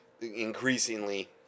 increasingly